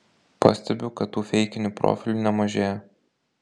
pastebiu kad tų feikinių profilių nemažėja